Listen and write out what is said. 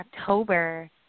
October